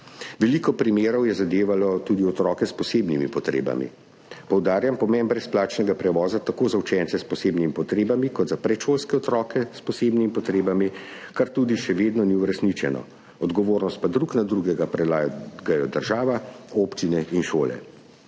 Veliko primerov je zadevalo tudi otroke s posebnimi potrebami. Poudarjam pomen brezplačnega prevoza tako za učence s posebnimi potrebami kot za predšolske otroke s posebnimi potrebami, kar tudi še vedno ni uresničeno. Odgovornost pa druga na drugo prelagajo država, občine in šole.